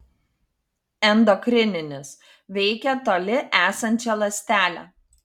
endokrininis veikia toli esančią ląstelę